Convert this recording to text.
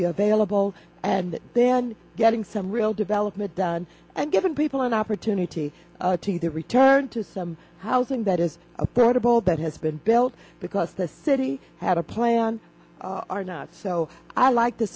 be available and then getting some real development done and giving people an opportunity to to return to some housing that is a protocol that has been built because the city had a plan are not so i like to